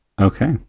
Okay